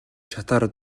шатаар